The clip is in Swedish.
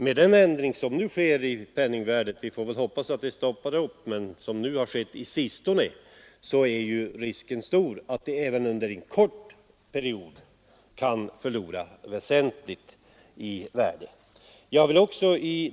Med den försämring som sker av penningvärdet — vi får hoppas den avstannar — är risken stor att stödet även under en kort period kan minska väsentligt i värde.